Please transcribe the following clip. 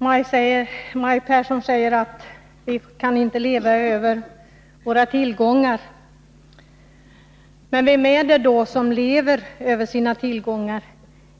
Herr talman! Maj Pehrsson säger att vi inte kan leva över våra tillgångar. Men vilka är det som lever över sina tillgångar?